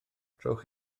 trowch